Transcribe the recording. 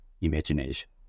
imagination